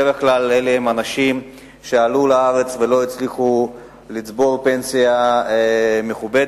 בדרך כלל אלה אנשים שעלו לארץ ולא הצליחו לצבור פנסיה מכובדת,